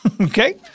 Okay